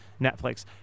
Netflix